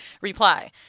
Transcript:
reply